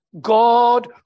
God